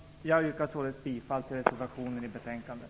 Jag yrkar således bifall till reservationen vid betänkandet.